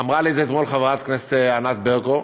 אמרה לי את זה אתמול חברת הכנסת ענת ברקו,